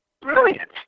Brilliant